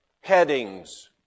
headings